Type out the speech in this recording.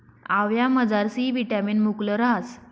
आवयामझार C vitamin मुकलं रहास